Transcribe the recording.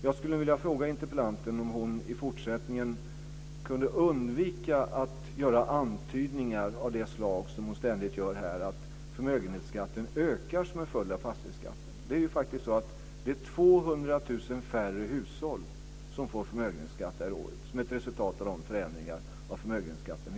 Jag skulle vilja fråga interpellanten om hon i fortsättningen kunde undvika att göra antydningar av det slag som hon ständigt gör här att förmögenhetsskatten ökar som en följd av fastighetsskatten. Det är faktiskt 200 000 färre hushåll som får förmögenhetsskatt det här året som ett resultat av de förändringar som vi gör av förmögenhetsskatten.